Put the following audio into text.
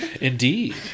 Indeed